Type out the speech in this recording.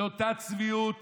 זו אותה צביעות